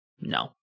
No